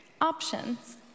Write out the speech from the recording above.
options